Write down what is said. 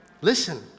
Listen